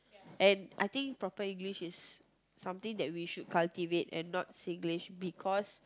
and I think proper English is something that we should cultivate and not Singlish because